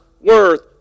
worth